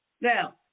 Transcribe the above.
Now